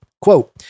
Quote